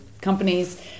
companies